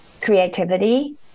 Creativity